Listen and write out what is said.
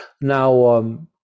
Now